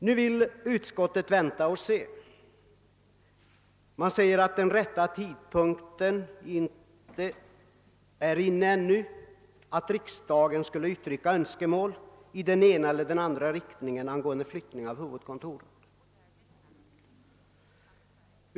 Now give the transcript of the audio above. Nu vill utskottet vänta och se — man säger att den rätta tidpunkten ännu inte är inne för riksdagen att uttrycka önskemål i den ena eller andra riktningen angående flyttning av huvudkontoret.